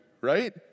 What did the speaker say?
right